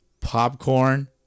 Popcorn